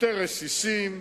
יותר רסיסים.